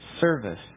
service